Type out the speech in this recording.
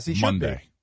Monday